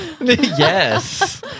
Yes